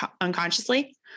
unconsciously